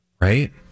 Right